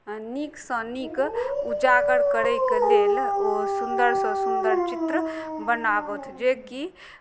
नीकसँ नीक उजागर करयके लेल ओ सुन्दरसँ सुन्दर चित्र बनाबथु जेकि